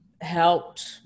helped